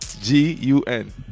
G-U-N